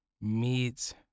meets